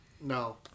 No